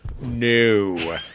No